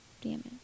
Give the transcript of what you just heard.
damage